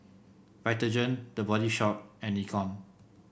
Vitagen The Body Shop and Nikon